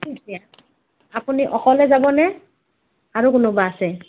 আপুনি অকলে যাবনে আৰু কোনোবা আছে